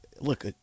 look